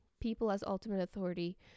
people-as-ultimate-authority